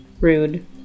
Rude